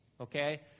okay